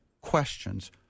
questions